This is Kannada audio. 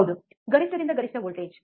ಹೌದು ಗರಿಷ್ಠದಿಂದ ಗರಿಷ್ಠ ವೋಲ್ಟೇಜ್